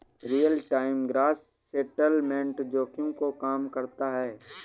real time gross settlement जोखिम को कम करता है